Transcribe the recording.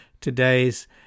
today's